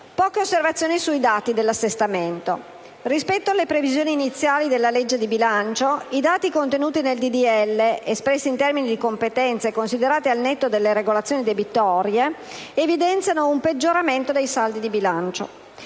poche osservazioni sui dati dell'assestamento. Rispetto alle previsioni iniziali della legge di bilancio, i dati contenuti nel disegno di legge, espressi in termini di competenza e considerati al netto delle regolazioni debitorie, contabili e dei rimborsi IVA, evidenziano un peggioramento dei saldi di bilancio.